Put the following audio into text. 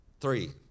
Three